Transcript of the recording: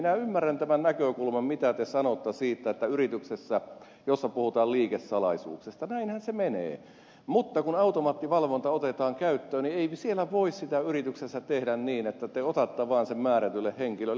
minä ymmärrän tämän näkökulman mitä te sanotte siitä että yrityksessä jossa puhutaan liikesalaisuuksista näinhän se menee mutta kun automaattivalvonta otetaan käyttöön niin ei siellä yrityksessä voi tehdä niin että te otatte vaan sen määrätylle henkilölle